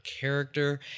character